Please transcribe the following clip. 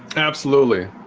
absolutely,